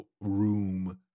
room